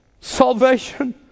salvation